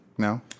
No